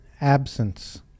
absence